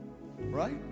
right